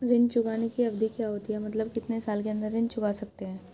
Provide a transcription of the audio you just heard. ऋण चुकाने की अवधि क्या होती है मतलब कितने साल के अंदर ऋण चुका सकते हैं?